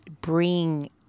bring